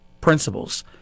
principles